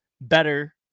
better